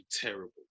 terrible